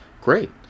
Great